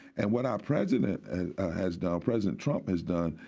and what our president has done, president trump has done,